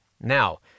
Now